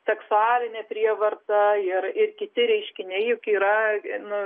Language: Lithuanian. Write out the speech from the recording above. seksualinė prievarta ir ir kiti reiškiniai juk yra nu